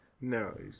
No